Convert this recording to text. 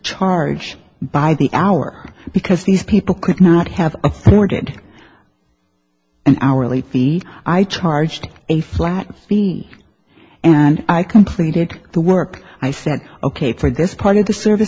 charge by the hour because these people could not have afforded and hourly fee i charged a flat fee and i completed the work i said ok for this part of the service